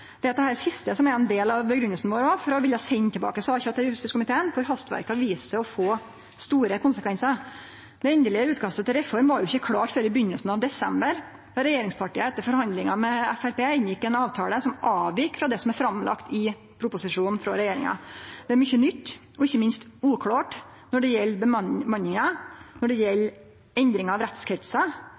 Det er dette siste som er ein del av grunngjevinga vår for å ville sende saka tilbake til justiskomiteen, for hastverket har vist seg å få store konsekvensar. Det endelege utkastet til reform var jo ikkje klart før i begynnelsen av desember, då regjeringspartia etter forhandlingar med Framstegspartiet inngjekk ein avtale som avvik frå det som er lagt fram i proposisjonen frå regjeringa. Det er mykje nytt og ikkje minst uklart både når det gjeld bemanning, når det gjeld endring av